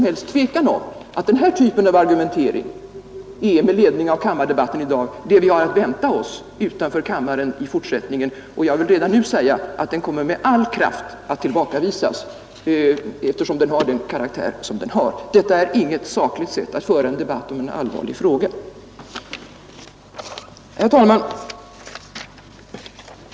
Den här typen av argumentering är, att döma av kammardebatten i dag, det vi har att vänta oss utanför kammaren i fortsättningen, och jag vill redan nu säga att den kommer att med all kraft tillbakavisas, eftersom den har den karaktär som den har. Detta är inte något sakligt sätt att föra en debatt i en allvarlig fråga. Herr talman!